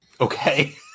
Okay